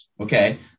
Okay